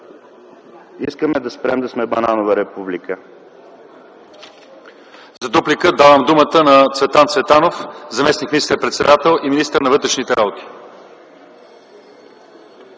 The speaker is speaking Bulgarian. Искаме да спрем да сме бананова република!